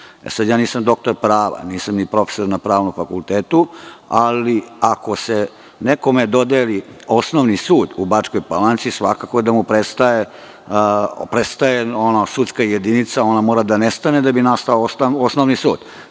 Palanci. Nisam doktor prava, nisam ni profesor na Pravnom fakultetu, ali ako se nekome dodeli Osnovni sud u Bačkoj Palanci, svakako da mu prestaje sudska jedinica. Ona mora da nestane da bi nastao osnovni sud.